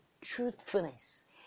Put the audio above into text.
truthfulness